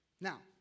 now